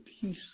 peace